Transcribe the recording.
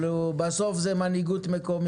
אבל בסופו של דבר זאת הייתה מנהיגות מקומית.